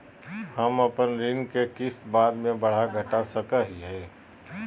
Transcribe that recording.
हम अपन ऋण के किस्त बाद में बढ़ा घटा सकई हियइ?